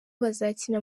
bazakina